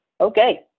Okay